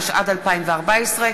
התשע"ד 2014,